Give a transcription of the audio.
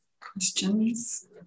questions